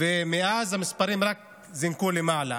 ומאז המספרים רק זינקו למעלה.